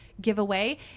giveaway